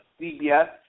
CBS